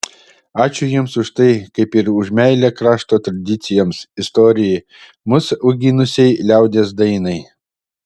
ačiū jiems už tai kaip ir už meilę krašto tradicijoms istorijai mus auginusiai liaudies dainai